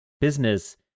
business